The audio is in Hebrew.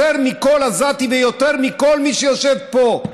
יותר מכל עזתי ויותר מכל מי שיושב פה,